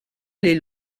les